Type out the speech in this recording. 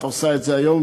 ואת עושה את זה היום,